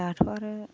दाथ' आरो